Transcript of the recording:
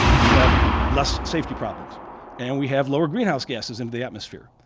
we have less safety problems and we have lower greenhouse gases in the atmosphere.